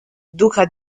duca